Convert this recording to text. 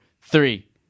three